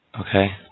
Okay